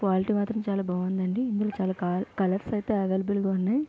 quality మాత్రం చాలా బాగుందండి ఇందులో చాలా క కలర్స్ అయితే అవైలబుల్గా ఉన్నాయి